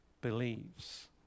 believes